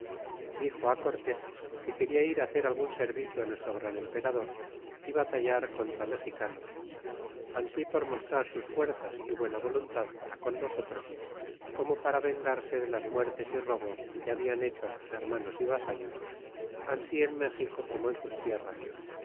dixo cortés que queda ir hacer algun servirio nuestro gran emperador y batallar contra mexicanos ansi por mostrar sus fuerzas y buena voluntad para con nosotros como para vengarse de las muertes y robos que hablan hecho sus hermanos y vasallos ansi en méxico como en sus tierras